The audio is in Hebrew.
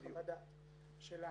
חוות דעת שלנו,